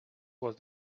was